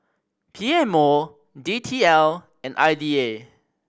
P M O D T L and I D A